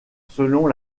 selon